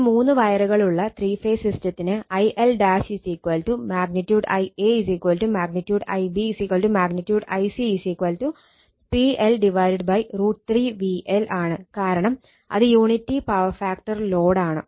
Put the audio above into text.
ഇനി മൂന്ന് വയറുകളുള്ള ത്രീ ഫേസ് സിസ്റ്റത്തിന് IL |Ia| |Ib| |Ic| PL√ 3VL ആണ് കാരണം അത് യൂണിറ്റി പവർ ഫാക്ടർ ലോഡ് ആണ്